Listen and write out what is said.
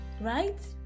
right